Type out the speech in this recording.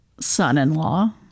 son-in-law